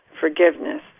forgiveness